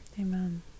Amen